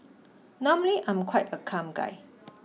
normally I'm quite a calm guy